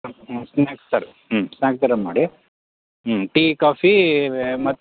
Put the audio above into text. snacks ಥರ ಹ್ಞೂ snacks ಥರ ಮಾಡಿ ಹ್ಞೂ ಟೀ ಕಾಫೀ ಮತ್ತೆ